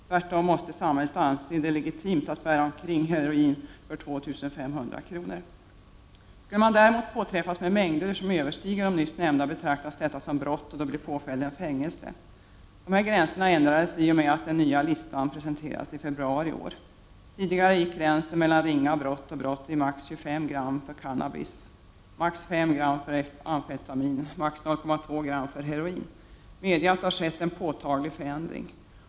Tvärtom måste samhället anse det legitimt att man går omkring med heroin för 2 500 kr. Skulle man däremot påträffas med mängder som överstiger det nyss nämnda, betraktas detta som brott. Då blir påföljden fängelse. Dessa gränser ändrades i och med att den nya listan presenterades i februari i år. Tidigare gick gränsen mellan ringa brott och brott vid maximalt 25 gram för cannabis, maximalt 5 gram för amfetamin och maximalt 0,2 gram för heroin. Medege att det har skett en påtaglig förändring!